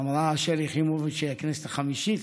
אמרה שלי יחימוביץ' שהיא בכנסת החמישית.